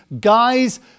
guys